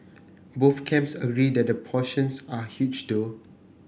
both camps agree that the portions are huge though